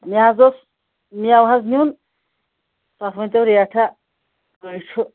مےٚ حظ اوس میوٕ حظ نیُن تَتھ ؤنۍ تو ریٹھا کٔہۍ چھُ